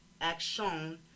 Action